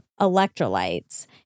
electrolytes